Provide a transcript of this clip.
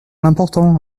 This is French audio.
l’important